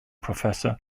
professor